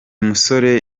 musore